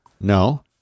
No